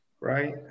Right